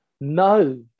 no